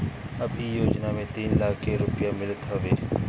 अब इ योजना में तीन लाख के रुपिया मिलत हवे